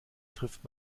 trifft